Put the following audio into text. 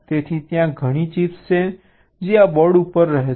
તેથી ત્યાં ઘણી ચિપ્સ છે જે બોર્ડ ઉપર રહે છે